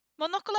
monocular